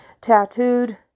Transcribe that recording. tattooed